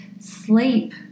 sleep